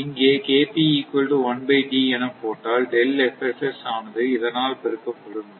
இங்கே என போட்டால் ஆனது இதனால் பெருக்கப்படும்